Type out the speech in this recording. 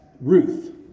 Ruth